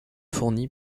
fournies